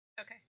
Okay